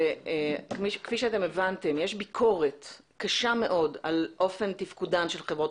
כפי שהבנתם יש ביקורת קשה מאוד על אופן תפקודן של חברות